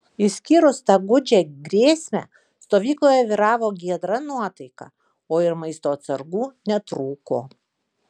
išskyrus tą gūdžią grėsmę stovykloje vyravo giedra nuotaika o ir maisto atsargų netrūko